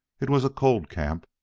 it was a cold camp,